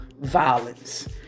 violence